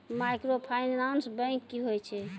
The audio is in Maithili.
माइक्रोफाइनांस बैंक की होय छै?